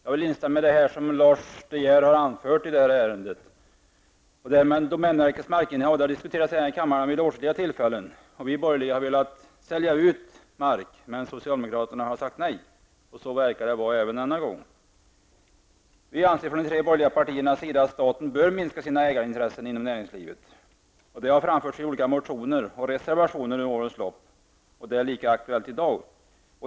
Herr talman! Jag instämmer i det som Lars De Geer har anfört i det här ärendet. Detta med domänverkets markinnehav har diskuterats i denna kammare vid åtskilliga tillfällen. Vi borgerliga har velat sälja ut mark. Men socialdemokraterna har sagt nej, och så verkar vara fallet även denna gång. Vi, det gäller då de tre borgerliga partierna, anser att staten bör minska sina ägarintressen inom näringslivet. Detta har framförts i olika motioner och reservationer under årens lopp, och det är lika aktuellt i dag.